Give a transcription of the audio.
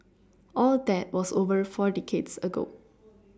all that was over four decades ago